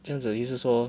这样子意思说